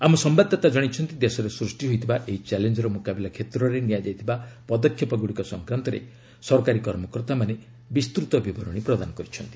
ଆମ ସମ୍ଭାଦଦାତା ଜଣାଇଛନ୍ତି ଦେଶରେ ସୃଷ୍ଟି ହୋଇଥିବା ଏହି ଚ୍ୟାଲେଞ୍ଜର ମୁକାବିଲା କ୍ଷେତ୍ରରେ ନିଆଯାଇଥିବା ପଦକ୍ଷେପଗୁଡ଼ିକ ସଂକ୍ରାନ୍ତରେ ସରକାରୀ କର୍ମକର୍ତ୍ତାମାନେ ବିସ୍ତୃତ ବିବରଣୀ ପ୍ରଦାନ କରିଚ୍ଛନ୍ତି